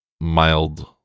mild